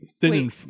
thin